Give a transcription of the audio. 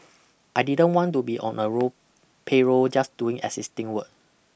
I didn't want to be on a roll payroll just doing existing work